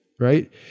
right